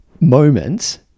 moments